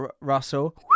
Russell